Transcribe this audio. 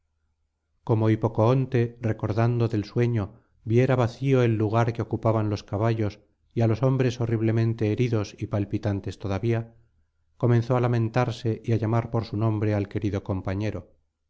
tracio y sobrino de reso comohipocoonte recordando del sueño viera vacío el lugar que ocupaban los caballos y á los hombres horriblemente heridos y palpitantes todavía comenzó á lamentarse y á llamar por su nombre al querido compañero